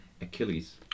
Achilles